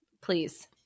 please